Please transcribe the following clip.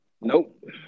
Nope